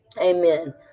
Amen